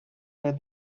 were